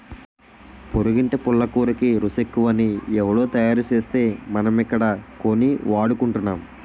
పొరిగింటి పుల్లకూరకి రుసెక్కువని ఎవుడో తయారుసేస్తే మనమిక్కడ కొని వాడుకుంటున్నాం